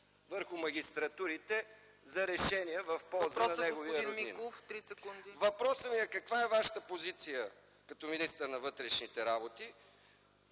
върху магистратите за решения в полза на неговия роднина. Въпросът ми е: каква е Вашата позиция като министър на вътрешните работи